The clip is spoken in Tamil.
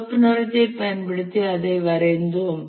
சிவப்பு நிறத்தைப் பயன்படுத்தி அதை வரைந்தோம்